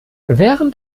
während